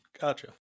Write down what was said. Gotcha